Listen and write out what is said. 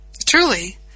truly